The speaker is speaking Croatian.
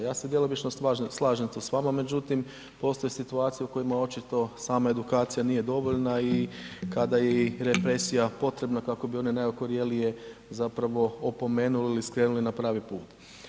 Ja se djelomično slažem, slažem se s vama međutim postoje situacije u kojima očito sama edukacija nije dovoljna i kada je i represija potrebna kako bi one najokorjelije zapravo opomenuli skrenuli na pravi put.